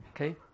Okay